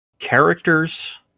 characters